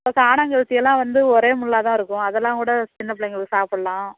இப்போ கானாங்கெளுத்தியெல்லாம் வந்து ஒரே முள்ளாகதான் இருக்கும் அதெல்லாம் கூட சின்ன பிள்ளைங்களுக்கு சாப்பிட்லாம்